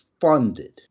funded